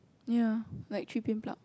ya like three pin plug